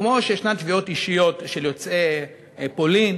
כמו שיש תביעות אישיות של יוצאי פולין,